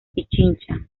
pichincha